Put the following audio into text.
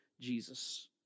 Jesus